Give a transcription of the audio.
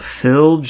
Phil